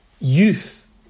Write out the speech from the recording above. Youth